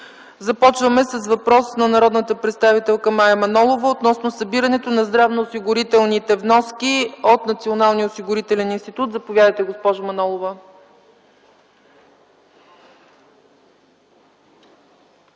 Започваме с въпрос на народния представител Мая Манолова относно събирането на здравноосигурителните вноски от Националния осигурителен институт. Заповядайте, госпожо Манолова.